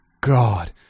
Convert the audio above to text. god